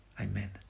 Amen